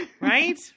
Right